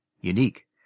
Unique